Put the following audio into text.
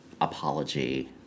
apology